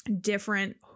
different